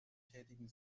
tätigen